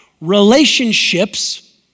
relationships